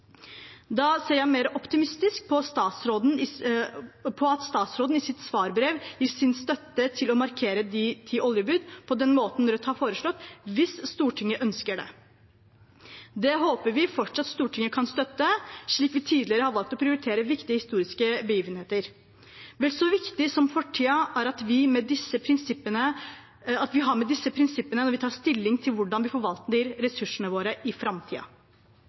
Da ser jeg mer optimistisk på at statsråden i sitt svarbrev gir sin støtte til å markere de ti oljebud på den måten Rødt har foreslått, hvis Stortinget ønsker det. Det håper vi fortsatt Stortinget kan støtte, slik vi tidligere har valgt å prioritere viktige historiske begivenheter. Vel så viktig som fortiden er det at vi har med disse prinsippene når vi tar stilling til hvordan vi forvalter ressursene våre i